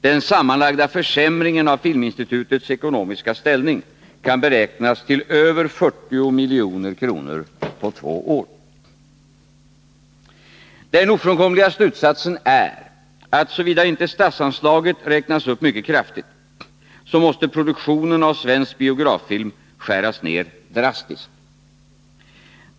Den sammanlagda försämringen av Filminstitutets ekonomiska ställning kan beräknas till över 40 milj.kr. på två år. Den ofrånkomliga slutsatsen är att såvida inte statsanslaget räknas upp mycket kraftigt, så måste produktionen av svensk biograffilm skäras ned drastiskt.